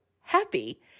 happy